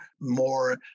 more